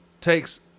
takes